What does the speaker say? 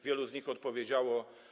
Wielu z nich odpowiedziało.